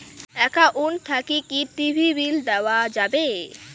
Account থাকি কি TV bill দেওয়া যাবে?